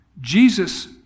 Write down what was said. Jesus